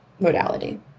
modality